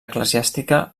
eclesiàstica